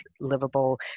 livable